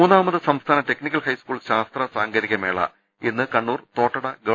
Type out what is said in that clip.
മൂന്നാമത് സംസ്ഥാന technical high school ശാസ്ത്ര സാങ്കേതിക മേള ഇന്ന് കണ്ണൂർ തോട്ടട ഗവ